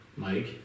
Mike